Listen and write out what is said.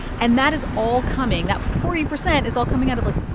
and that is all coming that forty percent is all coming out of, like,